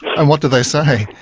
and what do they say?